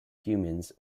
humans